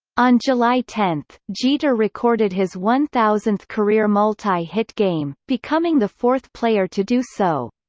on july ten, jeter recorded his one thousandth career multi-hit game, becoming the fourth player to do so.